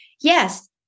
yes